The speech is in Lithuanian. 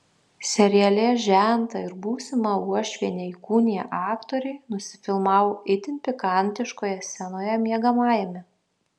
seriale žentą ir būsimą uošvienę įkūniję aktoriai nusifilmavo itin pikantiškoje scenoje miegamajame